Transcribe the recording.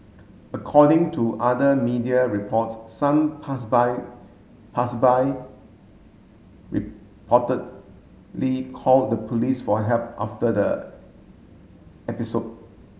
according to other media reports some pass by pass by reportedly called the police for help after the episode